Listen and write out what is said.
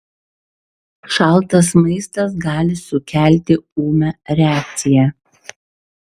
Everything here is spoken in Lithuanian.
šaltas maistas gali sukelti ūmią reakciją